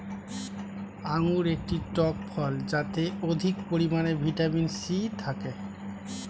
আঙুর একটি টক ফল যাতে অধিক পরিমাণে ভিটামিন সি থাকে